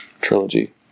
trilogy